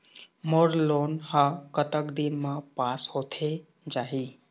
मोर loan हा कतक दिन मा पास होथे जाही?